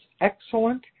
excellent